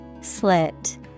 Slit